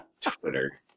Twitter